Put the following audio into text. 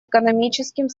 экономическим